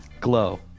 Glow